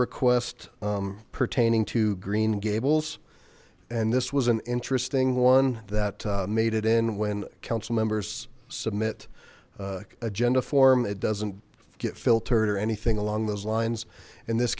request pertaining to green gables and this was an interesting one that made it in when council members submit agenda form it doesn't get filtered or anything along those lines and this